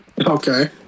Okay